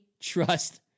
trust